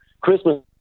Christmas